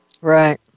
Right